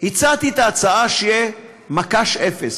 הצעתי את ההצעה שיהיה מקש אפס,